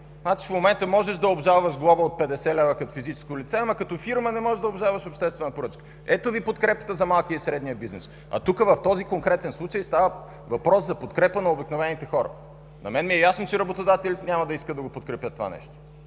В момента можеш да обжалваш глоба от 50 лв. като физическо лице, ама като фирма не можеш да обжалваш обществена поръчка. Ето Ви подкрепата за малкия и средния бизнес. А тук, в този конкретен случай, става въпрос за подкрепа на обикновените хора. На мен ми е ясно, че работодателите няма да искат да подкрепят това нещо.